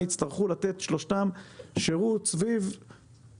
יצטרכו שלושתן לתת שירות לאוכלוסייה.